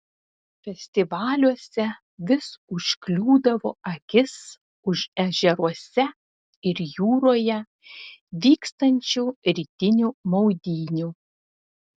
festivaliuose vis užkliūdavo akis už ežeruose ir jūroje vykstančių rytinių maudynių